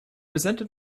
resented